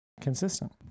consistent